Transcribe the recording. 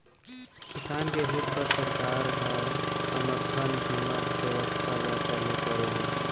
किसान के हित बर सरकार ह समरथन कीमत बेवस्था ल चालू करे हे